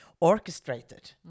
orchestrated